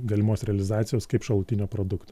galimos realizacijos kaip šalutinio produkto